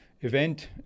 event